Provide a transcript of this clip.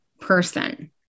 person